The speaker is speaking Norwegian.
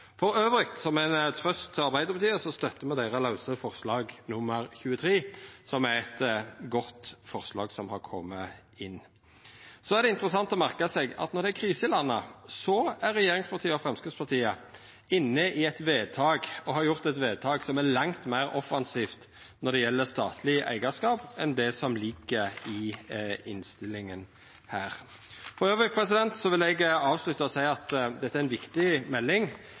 som ei trøyst til Arbeidarpartiet, så støttar me deira lause forslag nr. 23, som er eit godt forslag som har kome inn. Det er interessant å merka seg at når det er krise i landet, er regjeringspartia og Framstegspartiet inne i eit vedtak og har gjort eit vedtak som er langt meir offensivt når det gjeld statleg eigarskap enn det som ligg i innstillinga her. Elles vil eg avslutta med å seia at dette er ei viktig melding,